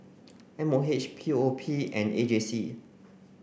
M O H P O P and A J C